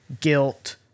guilt—